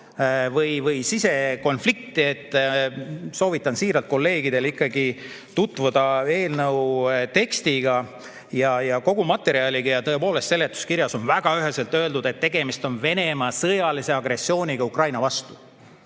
või sisekonfliktile. Soovitan siiralt kolleegidel ikkagi tutvuda eelnõu tekstiga ja kogu materjaliga. Tõepoolest, seletuskirjas on väga üheselt öeldud, et tegemist on Venemaa sõjalise agressiooniga Ukraina vastu.